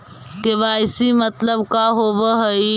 KYC मतलब का होव हइ?